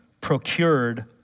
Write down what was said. procured